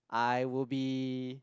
I will be